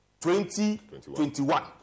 2021